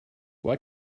why